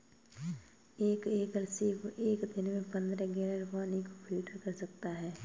एक एकल सीप एक दिन में पन्द्रह गैलन पानी को फिल्टर कर सकता है